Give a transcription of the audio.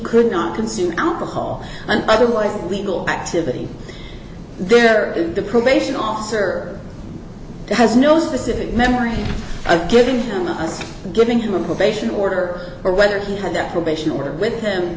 could not consume alcohol and otherwise legal activity there the probation officer has no specific memory of giving him was giving him a probation order or whether he had that probation order with him